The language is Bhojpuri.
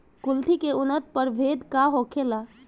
कुलथी के उन्नत प्रभेद का होखेला?